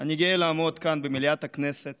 אני גאה לעמוד כאן במליאת הכנסת